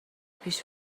پیش